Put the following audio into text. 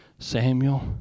Samuel